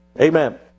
Amen